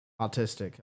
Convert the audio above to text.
autistic